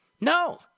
No